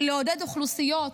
לעודד אוכלוסיות